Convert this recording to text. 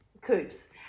coops